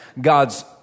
God's